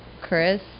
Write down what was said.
Chris